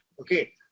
okay